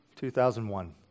2001